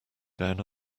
down